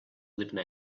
live